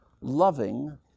loving